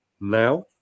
now